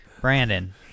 Brandon